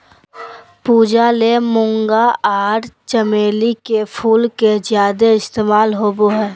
पूजा ले मूंगा आर चमेली के फूल के ज्यादे इस्तमाल होबय हय